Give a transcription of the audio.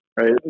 right